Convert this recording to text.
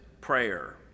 prayer